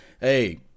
hey